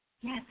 Yes